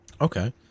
Okay